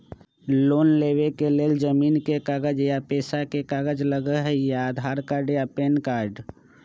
Loan लेवेके लेल जमीन के कागज या पेशा के कागज लगहई या आधार कार्ड या पेन कार्ड?